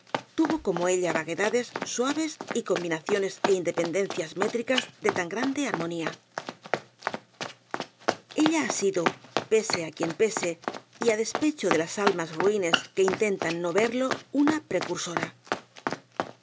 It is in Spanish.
tuvo como ella vaguedades suaves y combinaciones é independencias métricas de tan grande armonía ella ha sido pese á quien pese y á despecho de las almas ruines que intentan no verlo una precursora